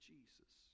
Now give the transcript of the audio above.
Jesus